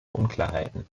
unklarheiten